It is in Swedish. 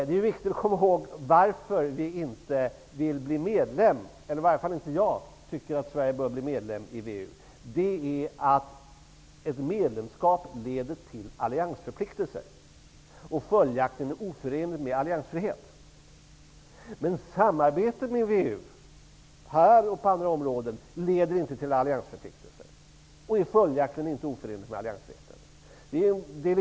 Det är viktigt att komma ihåg varför Sverige inte vill bli medlem i WEU, eller i varje fall varför jag anser att Sverige inte bör bli medlem. Ett medlemskap leder till alliansförpliktelser och är följaktligen oförenlig med alliansfrihet. Men samarbetet med WEU på detta och andra områden leder inte till alliansförpliktelser och är följaktligen inte oförenligt med alliansfriheten.